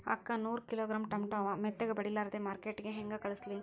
ಅಕ್ಕಾ ನೂರ kilogram tomato ಅವ, ಮೆತ್ತಗಬಡಿಲಾರ್ದೆ ಮಾರ್ಕಿಟಗೆ ಹೆಂಗ ಕಳಸಲಿ?